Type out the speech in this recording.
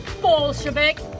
Bolshevik